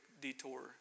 detour